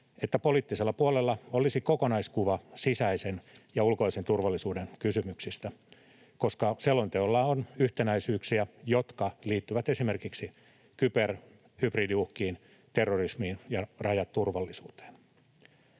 että poliittisella puolella olisi kokonaiskuva sisäisen ja ulkoisen turvallisuuden kysymyksistä, koska selonteoilla on yhtenäisyyksiä, jotka liittyvät esimerkiksi kyber- ja hybridiuhkiin, terrorismiin ja rajaturvallisuuteen.